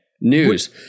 News